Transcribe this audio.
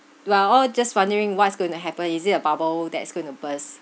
we are all just wondering what's going to happen is it a bubble that's going to burst